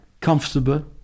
comfortable